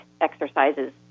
exercises